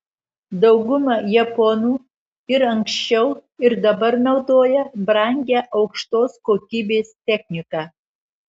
dauguma japonų ir anksčiau ir dabar naudoja brangią aukštos kokybės techniką